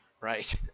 right